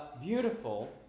beautiful